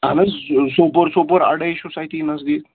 اہن حظ سوپور سوپور اَڈٕے چھُس اَتی نزدیٖک